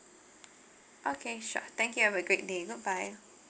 okay sure thank you have a great day goodbye